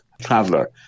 traveler